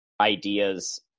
ideas